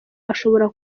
ashobora